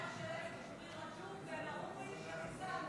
החבר של ג'יבריל רג'וב ואל-עארורי, שחיסלנו